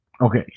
Okay